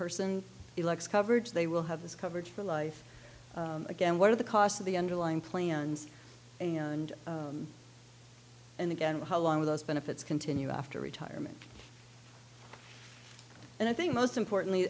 person elects coverage they will have this coverage for life again what are the costs of the underlying plans and again how long are those benefits continue after retirement and i think most importantly